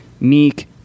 meek